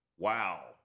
Wow